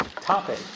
topic